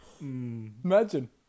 Imagine